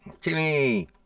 Timmy